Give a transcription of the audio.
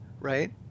right